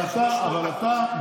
אבל אתה,